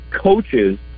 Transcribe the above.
coaches